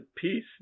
peace